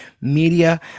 media